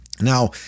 Now